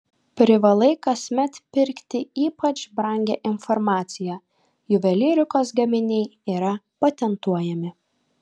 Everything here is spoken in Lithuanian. privalai kasmet pirkti ypač brangią informaciją juvelyrikos gaminiai yra patentuojami